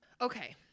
Okay